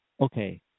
Okay